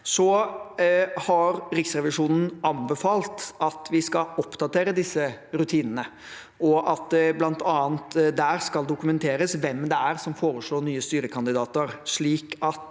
Riksrevisjonen har anbefalt at vi skal oppdatere disse rutinene, og at det bl.a. der skal dokumenteres hvem det er som foreslår nye styrekandidater, slik at